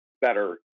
better